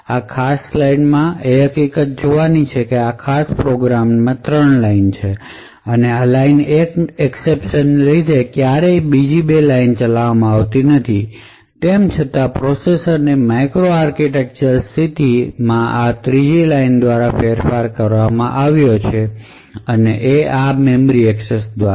આ ખાસ સ્લાઇડમાંથી એ હકીકત જોવાની છે કે આ ખાસ પ્રોગ્રામની આ 3 લાઇન છે આ લાઇન 1 ની એકસેપશન ને લીધે ક્યારેય બીજી બે લાઇન ચલાવવામાં આવી નથી તેમ છતાં પ્રોસેસર ની માઇક્રો આર્કિટેક્ચરલ સ્થિતિ માં આ ત્રીજી લાઇન દ્વારા ફેરફાર કરવામાં આવ્યો છે આ મેમરી એક્સેસ દ્વારા